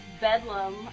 Bedlam